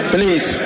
Please